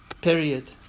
period